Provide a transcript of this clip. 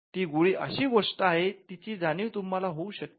ती गोळी अशी गोष्ट आहे तिची जाणीव तुम्हाला होऊ शकते